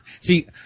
See